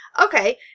Okay